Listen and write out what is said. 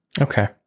Okay